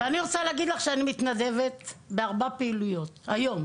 אני גם רוצה להגיד לך שאני מתנדבת בארבע פעילויות היום,